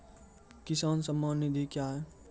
किसान सम्मान निधि क्या हैं?